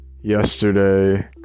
yesterday